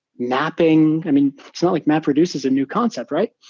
mapping. i mean, it's not like mapreduce is a new concept, right?